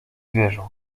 zwierząt